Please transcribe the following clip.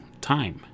time